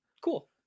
Cool